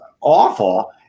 awful